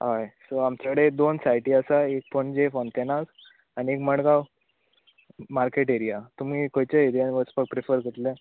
हय सो आमच्या कडेन दोन सायटी आसा एक पणजे फोंतेनाज आनी एक मडगांव मार्केट एरिया तुमी खंयचे एरियान वचपाक प्रिफर करतले